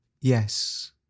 Yes